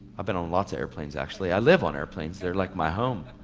i've been on lots of airplanes actually. i live on airplanes, there like my home.